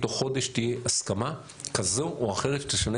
תוך חודש תהיה הסכמה כזו או אחרת שתשנה